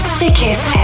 sickest